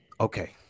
okay